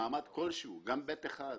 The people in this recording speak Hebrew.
חבר יקר שביקרנו איתו,